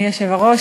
אדוני היושב-ראש,